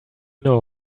know